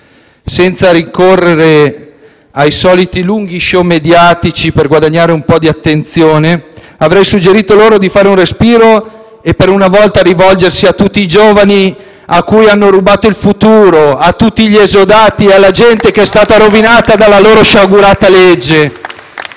senza ricorrere ai soliti lunghi *show* mediatici per guadagnare un po' di attenzione, avrei suggerito loro di fare un respiro e, per una volta, rivolgersi a tutti i giovani a cui hanno rubato il futuro, a tutti gli esodati e alla gente che è stata rovinata dalla loro sciagurata legge.